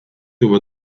tuvo